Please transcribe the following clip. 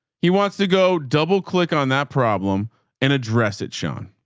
he wants to go double click on that problem and address it, sean.